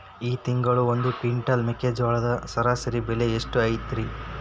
ಈ ತಿಂಗಳ ಒಂದು ಕ್ವಿಂಟಾಲ್ ಮೆಕ್ಕೆಜೋಳದ ಸರಾಸರಿ ಬೆಲೆ ಎಷ್ಟು ಐತರೇ?